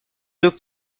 deux